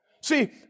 See